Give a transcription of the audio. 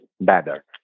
better